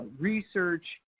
research